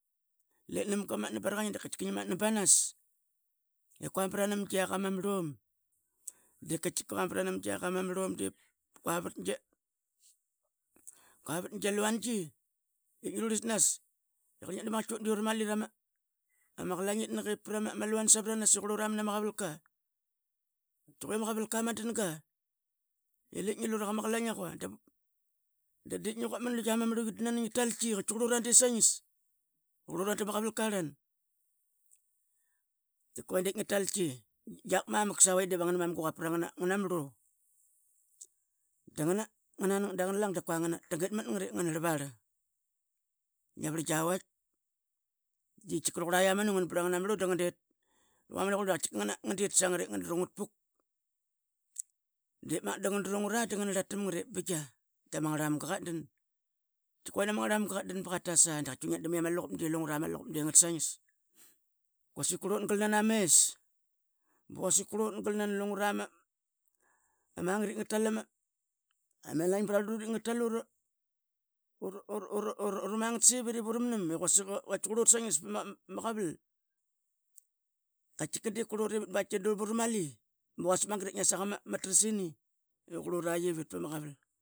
Lep nam ga qa matna ba ngi da katkika ngi matna banas. I qua bra nam gia qam ama marlom qua vat gia luangi ip ngia rurlisnas. Qarl ngia drlam i urai mali ra ma qlaingit nak i pra ma luan ip savaranas i qrlura mana ma qavalka ma dan ga l lep ngi lu raqa ma qlain na qua. Da dip ngi quapat lu ia ma murliqi da nani ngia talki i qrlura di sangis qrlura da ma qavalka arlan. Que dip ngi taltki niak mamak sa vaitk i dip a nga na mam quqapat a ngna marla da ngnan ngat dangna lang da qua ngnarl varl. Ngia varla gia vaitk di rauqurla ia manu ngan brla ngna marlu da ngan det rauqurla iamanu ngan det sangat ep ngan dru ngat puk. De magat da ngan drungra da ngna rlatam ngat ep binga ola ma ngarl maga qatdan. Que nani iama ngarmamga katdan ba qa tasa tkia ma luqup di ngat saingis. Quasik qrlut galnana mes da quasik qrlut galnanana lungra ma elaing brarlut ingra tal ur mangat sevit ivu. Ramnam katki qrlut saingis pama qaval. Katkika qrlut ivit divu ramali ba quasik magat ip di ngias aqama tras ini.